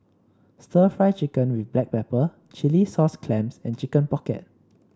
stir Fry Chicken with Black Pepper Chilli Sauce Clams and Chicken Pocket